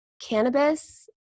Cannabis